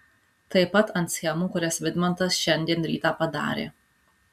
taip pat ant schemų kurias vidmantas šiandien rytą padarė